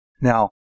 Now